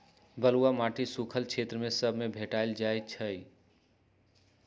बलुआ माटी सुख्खल क्षेत्र सभ में भेंट जाइ छइ